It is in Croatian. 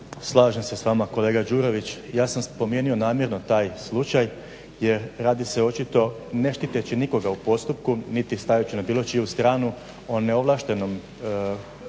Slažem se s vama kolega Đurović. Ja sam spomenuo namjerno taj slučaj jer radi se očito ne štiteći nikoga u postupku niti stajući na bilo čiju stranu o neovlaštenom